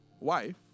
wife